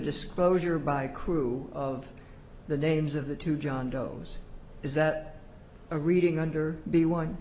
disclosure by crew of the names of the two john doe's is that a reading under b one